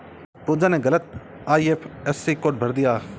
पूजा ने गलत IFSC code भर दिया